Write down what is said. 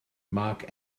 mark